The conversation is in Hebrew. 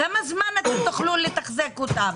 כמה זמן תוכלו לתחזק אותן?